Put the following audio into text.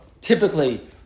typically